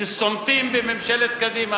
שסונטים בממשלת קדימה.